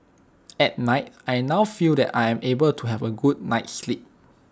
at night I now feel that I am able to have A good night's sleep